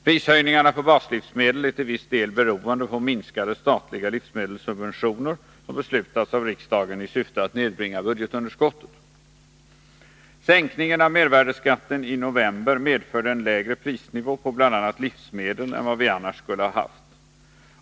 Prishöjningarna på baslivsmedel är till viss del beroende på minskade statliga livsmedelssubventioner, som beslutats av riksdagen i syfte att nedbringa budgetunderskottet. Sänkningen av mervärdeskatten i november medför en lägre prisnivå på bl.a. livsmedel än vad vi annars skulle ha haft.